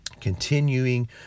continuing